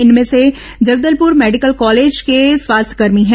इनमें से Jagdalpur medical college के स्वास्थ्यकर्मी हैं